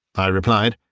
i replied.